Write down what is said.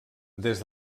des